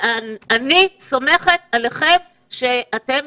אני סומכת עליכם שאתם